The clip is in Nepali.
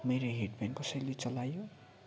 मेरो हेड ब्यान्ड कसैले चलायो